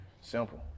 Simple